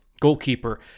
goalkeeper